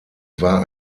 war